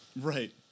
Right